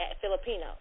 Filipino